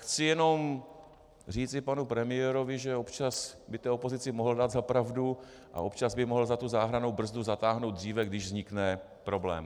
Chci jenom říci panu premiérovi, že občas by té opozici mohl dát za pravdu a občas by mohl za tu záchrannou brzdu zatáhnout dříve, když vznikne problém.